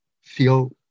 feel